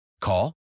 Call